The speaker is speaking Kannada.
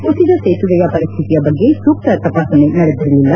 ಕುಸಿದ ಸೇತುವೆಯ ಪರಿಸ್ವಿತಿಯ ಬಗ್ಗೆ ಸೂಕ್ತ ತಪಾಸಣೆ ನಡೆದಿರಲಿಲ್ಲ